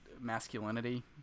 masculinity